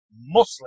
Muslim